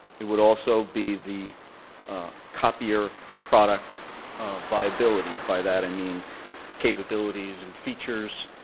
it would also be the copier product viability. by that, i mean the capabilities, and features,